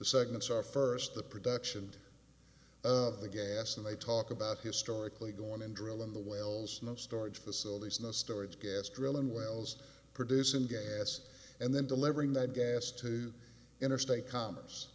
segments are first the production of the gas and they talk about historically going in drilling the wells no storage facilities in the storage gas drilling wells producing gas and then delivering that gas to interstate commerce